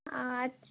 আচ্ছা